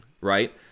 right